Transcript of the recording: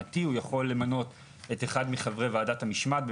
הוא יכול למנות את אחד מחברי ועדת המשמעת.